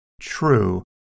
true